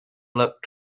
looked